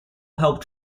helped